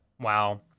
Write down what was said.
Wow